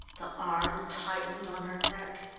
the arm tightened on her neck.